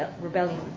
Rebellion